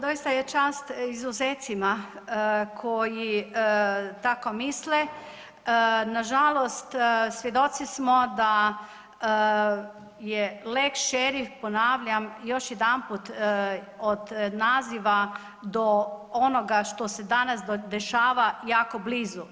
Doista je čast izuzecima koji tako misle, nažalost svjedoci smo da je lex šerif ponavljam još jedanput od naziva do onoga što se danas dešava jako blizu.